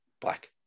Black